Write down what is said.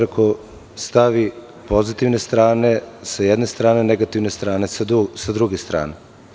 Rekao sam – stavi pozitivne strane sa jedne strane i negativne strane sa druge strane.